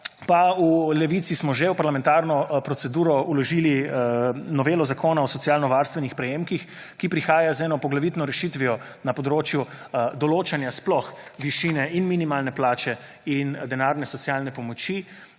pa v Levici smo že v parlamentarno proceduro vložili novelo Zakona o socialno varstvenih prejemkih, ki prihaja z eno poglavitno rešitvijo na področju določanja sploh višine in minimalne plače in denarne socialne pomoči.